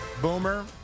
Boomer